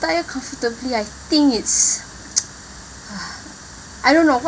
retire comfortably I think it's I don't know what